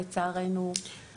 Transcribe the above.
לצערנו.